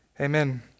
Amen